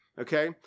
okay